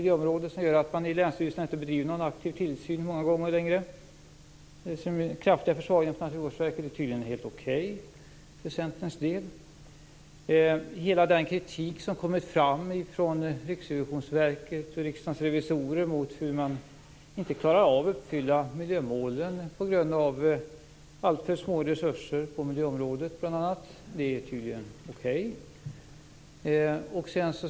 Det gör att det många gånger är så att man på länsstyrelserna inte längre bedriver någon aktiv tillsyn. Den kraftiga försvagningen av Naturvårdsverket är tydligen helt okej för Centerns del. Kritik har kommit från Riksrevisionsverket och Riksdagens revisorer mot att man bl.a. på grund av alltför små resurser på miljöområdet inte klarar av att uppfylla miljömålen. Detta är tydligen okej.